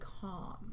calm